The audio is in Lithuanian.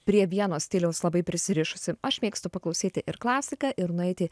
prie vieno stiliaus labai prisirišusi aš mėgstu paklausyti ir klasiką ir nueiti